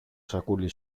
σακούλι